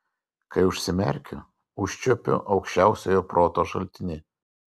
kai užsimerkiu užčiuopiu aukščiausiojo proto šaltinį